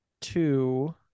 two